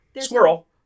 squirrel